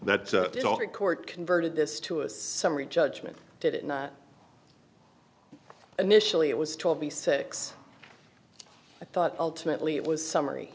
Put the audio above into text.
the court converted this to a summary judgment did it not initially it was told me six i thought ultimately it was summary